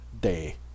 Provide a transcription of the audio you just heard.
day